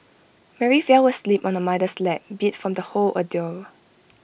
Mary fell asleep on her mother's lap beat from the whole ordeal